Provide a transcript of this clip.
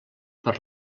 per